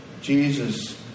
Jesus